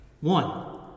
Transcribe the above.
One